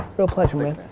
real pleasure, man.